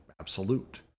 absolute